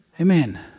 Amen